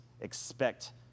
expect